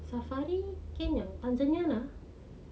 safari kenya tanzania lah